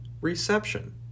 Reception